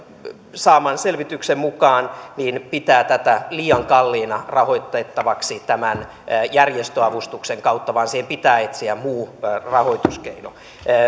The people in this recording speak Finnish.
saamansa selvityksen mukaan pitää tätä liian kalliina rahoitettavaksi tämän järjestöavustuksen kautta vaan siihen pitää etsiä muu rahoituskeino